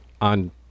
on